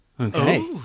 Okay